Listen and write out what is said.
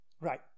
Right